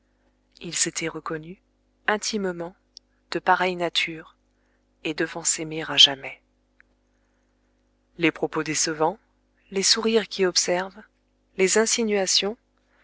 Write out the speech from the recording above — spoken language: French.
ils s'étaient reconnus intimement de pareille nature et devant s'aimer à jamais les propos décevants les sourires qui observent les insinuations